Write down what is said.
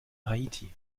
haiti